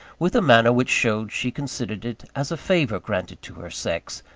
with a manner which showed she considered it as a favour granted to her sex,